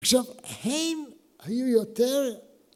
עכשיו, הם היו יותר...